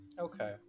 okay